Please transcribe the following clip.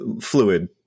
fluid